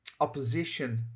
opposition